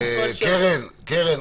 קרן,